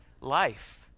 life